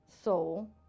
soul